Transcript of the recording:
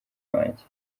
wanjye